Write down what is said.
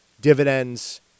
dividends